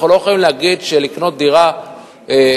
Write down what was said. אנחנו לא יכולים להגיד שלקנות דירה בדימונה